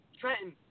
Trenton